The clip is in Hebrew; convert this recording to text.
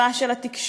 לתקיפה של התקשורת,